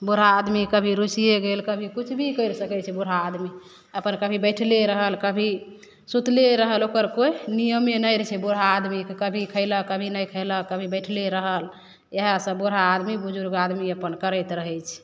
बूढ़ा आदमी कभी रुसिए गेल कभी किछु भी करि सकै छै बूढ़ा आदमी अपन कभी बैठले रहल कभी सुतले रहल ओकर कोइ नियमे नहि रहै छै बूढ़ा आदमीके कभी खएलक कभी नहि खएलक कभी बैठले रहल इएहसब बूढ़ा आदमी बुजुर्ग आदमी अपन करैत रहै छै